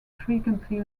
frequently